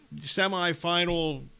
semifinal